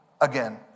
again